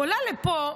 עולה לפה,